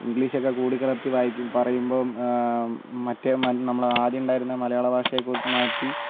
English ഒക്കെ കൂടിക്കലർത്തി വായിക്കു പറയുമ്പം മറ്റേ നമ്മൾ ആദ്യം ഉണ്ടായിരുന്ന മലയാള ഭാഷയെ മാറ്റി